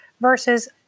versus